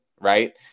Right